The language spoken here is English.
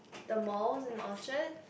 the mall in Orchard